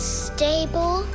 stable